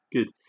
Good